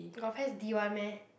got pes D [one] meh